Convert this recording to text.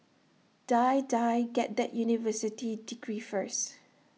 Die Die get that university degree first